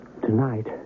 tonight